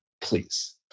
please